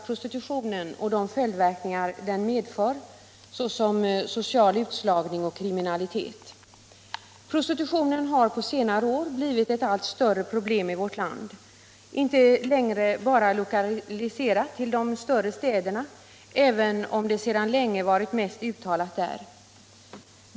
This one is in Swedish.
Prostitutionen har på senare år blivit ett allt större problem i vårt land. inte längre bara lokaliserad till de större städerna, även om den sedan länge har varit mest framträdande där.